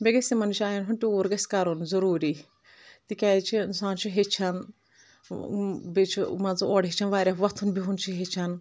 بیٚیہِ گژھِ یمِن جایَن ہنُد ٹوٗر گژھہِ کرُن ضُروری تِکیازِ چھ انسان چھ ہیچھان بیٚیہِ چھ مان ژ اور ہیچھان واریاہ مان ژٕ وَتھُن بہُن چھ ہیچھان